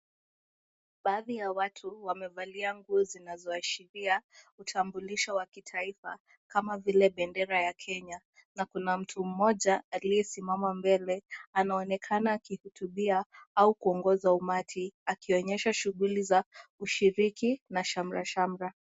Baadhi ya watu wamevalia nguo zinazoashiria utambulisho wa kitaifa, kama vile bendera ya Kenya, na kuna mtu moja aliyesimama mbele, anaonekana akihutubia au kuongoza umati akionyesha shughuli za ushiriki na shamra shamra.